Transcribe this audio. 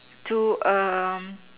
to um